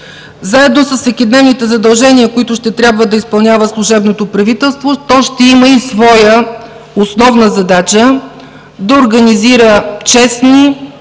Заедно с всекидневните задължения, които ще трябва да изпълнява служебното правителство, то ще има и своя основна задача – да организира честни,